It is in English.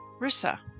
Rissa